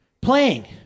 playing